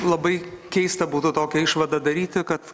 labai keista būtų tokią išvadą daryti kad